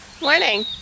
Morning